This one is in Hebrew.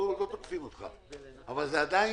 עדיין